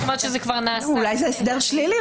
אולי זה הסדר שלילי.